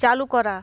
চালু করা